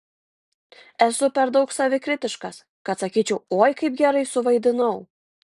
esu per daug savikritiškas kad sakyčiau oi kaip gerai suvaidinau